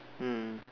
mm